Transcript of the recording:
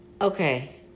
Okay